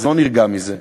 לא נרגע מזה,